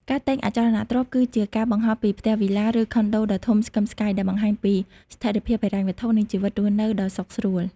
ការទិញអចលនទ្រព្យគឺជា ការបង្ហាញពីផ្ទះ វីឡា ឬខុនដូដ៏ធំស្កឹមស្កៃ ដែលបង្ហាញពីស្ថិរភាពហិរញ្ញវត្ថុ និងជីវិតរស់នៅដ៏សុខស្រួល។